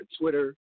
Twitter